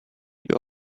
you